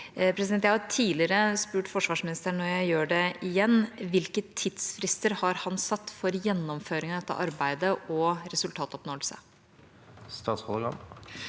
Jeg har tidligere spurt forsvarsministeren, og jeg gjør det igjen: Hvilke tidsfrister har han satt for gjennomføringen av dette arbeidet og resultatoppnåelse? Statsråd Bjørn